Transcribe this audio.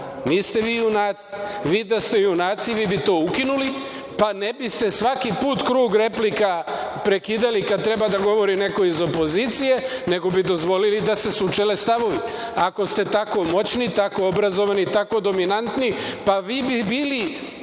niste vi junaci. Vi da ste junaci vi bi to ukinuli, pa ne biste svaki put krug replika prekidali kad treba da govori neko iz opozicije, nego bi dozvolili da se sučele stavovi. Ako ste tako moćni, tako obrazovani, tako dominantni, pa vi bi bili